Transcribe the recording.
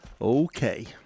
Okay